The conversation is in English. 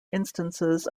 instances